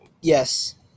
Yes